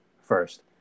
first